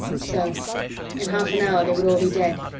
so in half an hour they would all be dead.